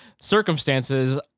circumstances